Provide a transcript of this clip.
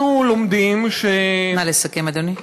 אנחנו לומדים, נא לסכם, אדוני.